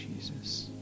Jesus